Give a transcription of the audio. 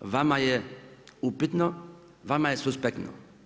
vama je upitno, vama je suspektno.